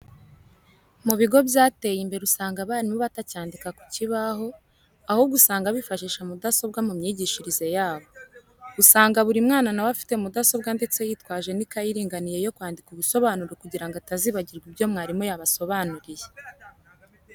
Mu bigo byateye imbere usanga abarimu batacyandika ku cyibaho, ahubwo usanga bifashisha mudasobwa mu myigishirize yabo. Usanga buri mwana nawe afite mudasobwa ndetse yitwaje n'ikayi iringaniye yo kwandikamo ubusobanuro kugira ngo atazibagirwa ibyo umwarimu yabasobanuriye.